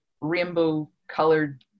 rainbow-colored